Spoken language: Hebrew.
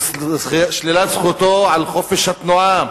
הוא שלילת זכותו לחופש התנועה.